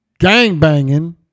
gangbanging